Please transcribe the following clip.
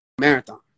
marathon